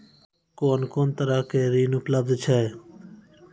कून कून तरहक ऋण उपलब्ध छै?